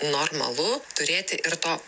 normalu turėti ir to